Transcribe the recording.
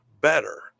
better